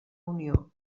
unió